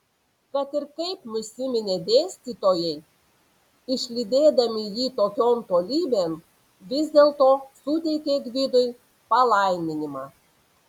kad ir kaip nusiminė dėstytojai išlydėdami jį tokion tolybėn vis dėlto suteikė gvidui palaiminimą